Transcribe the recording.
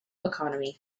economy